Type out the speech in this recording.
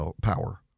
power